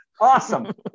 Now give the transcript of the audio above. awesome